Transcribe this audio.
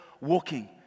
walking